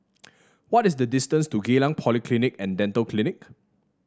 what is the distance to Geylang Polyclinic and Dental Clinic